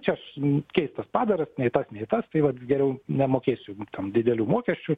čia aš keistas padaras nei tas nei tas tai vat geriau nemokėsiu tam didelių mokesčių